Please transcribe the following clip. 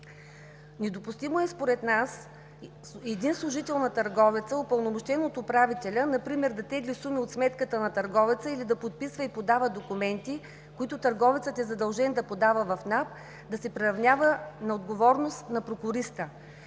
Недопустимо е според нас един служител на търговеца, упълномощен от управителя, например да тегли суми от сметката на търговеца или да подписва и подава документи, които търговецът е задължен да подава в НАП, да се приравнява на отговорност на прокуриста.